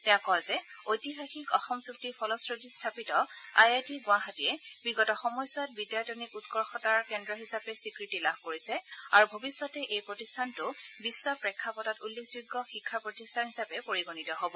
তেওঁ কয় যে ঐতিহাসিক অসম চুক্তিৰ ফলশ্ৰুতিত স্থাপিত আই আই টি গুৱাহাটীয়ে বিগত সময়ছোৱাত বিদ্যায়তনিক উৎকৰ্যতাৰ কেন্দ্ৰ হিচাপে স্বীকৃতি লাভ কৰিছে আৰু ভৱিষ্যতে এই প্ৰতিষ্ঠানটো বিখ্ব প্ৰেক্ষাপটত উল্লেখযোগ্য শিক্ষা প্ৰতিষ্ঠান হিচাপে পৰিগণিত হ'ব